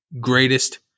greatest